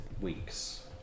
weeks